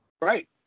Right